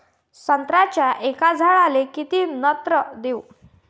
संत्र्याच्या एका झाडाले किती नत्र देऊ?